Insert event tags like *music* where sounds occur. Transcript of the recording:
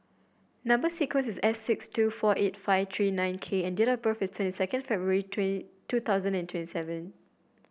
number sequence is S six two four eight five three nine K and date of birth is twenty second February *unintelligible* two thousand and twenty seven